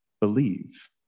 believe